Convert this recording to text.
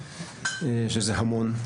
שזה המון.